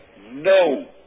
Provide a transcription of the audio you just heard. no